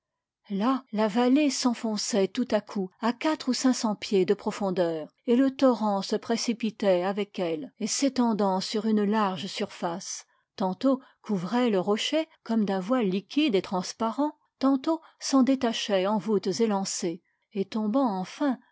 là la vallée s'enfonçait tout à coup à quatre ou cinq cents pieds de profondeur et le torrent se précipitait avec elle et s'étendant sur une large surface tantôt couvrait le rocher comme d'un voile liquide et transparent tantôt s'en détachait en voûtes élancées et tombant enfin